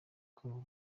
call